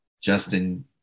Justin